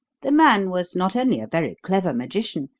the man was not only a very clever magician,